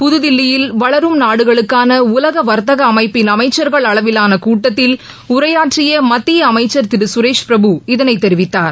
புதுதில்லியில் வளரும் நாடுகளுக்கான உலக வர்த்தக அமைப்பின் அமைச்சர்கள் அளவிலான கூட்டத்தில் உரையாற்றிய மத்திய அமைச்சர் திரு சுரேஷ் பிரபு இதனைத் தெரிவித்தார்